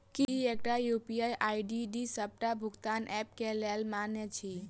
की एकटा UPI ID D सबटा भुगतान ऐप केँ लेल मान्य अछि?